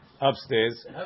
upstairs